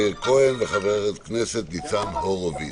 חבר הכנסת מאיר כהן וחבר הכנסת ניצן הורוביץ.